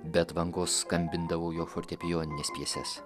be atvangos skambindavau jo fortepijonines pjeses